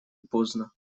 поздно